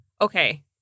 okay